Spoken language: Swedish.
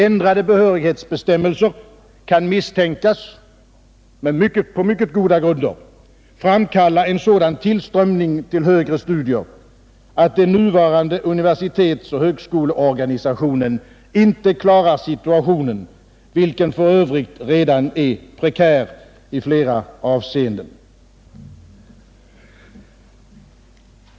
Ändrade behörighetsbestämmelser kan på mycket goda grunder misstänkas framkalla en sådan tillströmning till högre studier att den nuvarande universitetsoch högskoleorganisationen inte klarar situationen, vilken för övrigt redan är prekär i flera avseenden.